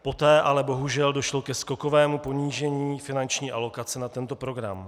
Poté ale bohužel došlo ke skokovému ponížení finanční alokace na tento program.